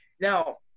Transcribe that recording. Now